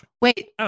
wait